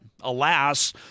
alas